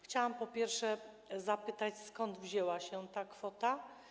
Chciałam, po pierwsze, zapytać: Skąd wzięła się ta kwota?